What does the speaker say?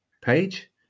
page